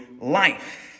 life